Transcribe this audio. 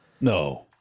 No